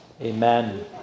Amen